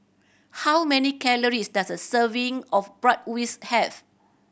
how many calories does a serving of Bratwurst have